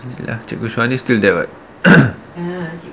we still have cikgu suhanis till there [what]